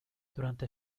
durante